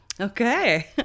Okay